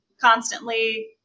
Constantly